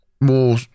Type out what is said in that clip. more